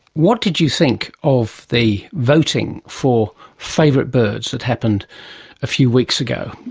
what did you think of the voting for favourite birds that happened a few weeks ago?